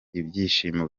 ibyishimo